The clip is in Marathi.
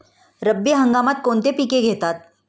रब्बी हंगामात कोणती पिके घेतात?